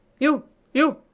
u u!